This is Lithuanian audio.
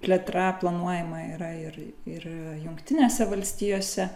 plėtra planuojama yra ir ir jungtinėse valstijose